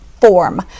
form